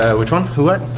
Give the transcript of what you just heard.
ah which one? who? what?